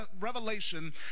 revelation